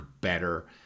better